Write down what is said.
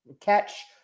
catch